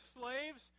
slaves